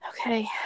Okay